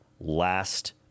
last